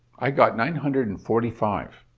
i got nine hundred and forty five.